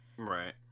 Right